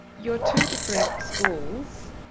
your two different schools,